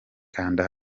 kanda